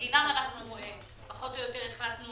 שבגינן אנחנו פחות או יותר החלטנו